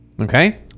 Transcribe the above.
okay